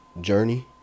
journey